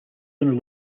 only